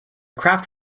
craft